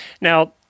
Now